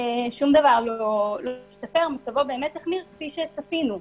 שום דבר לא השתפר, מצבו באמת החמיר, כפי שצפינו.